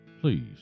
Please